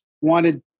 wanted